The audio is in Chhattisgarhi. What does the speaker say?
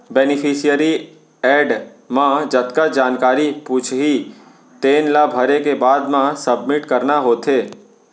बेनिफिसियरी एड म जतका जानकारी पूछही तेन ला भरे के बाद म सबमिट करना होथे